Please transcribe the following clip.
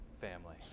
family